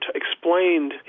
explained